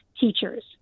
teachers